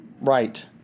Right